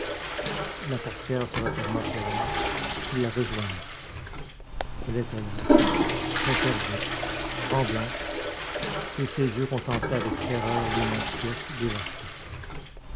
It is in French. la portière se referma sur elle il la rejoignit elle était là interdite tremblante et ses yeux contemplaient avec terreur l'immense pièce dévastée